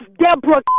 Deborah